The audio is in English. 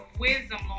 wisdom